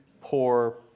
poor